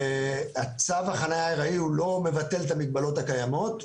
צו החנייה הארעי לא מבטל את המגבלות הקיימות,